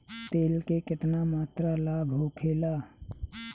तेल के केतना मात्रा लाभ होखेला?